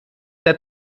der